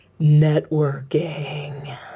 networking